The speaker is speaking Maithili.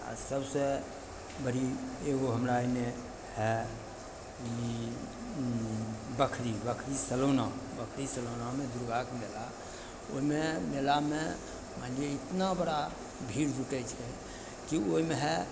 आओर सबसँ बड़ी एगो हमरा अइमे हइ बकरी बकरी सलौना बकरी सलौनामे दुर्गाके मेला ओइमे मेलामे मानि लिय इतना बड़ा भीड़ जुटय छै कि ओइमे हइ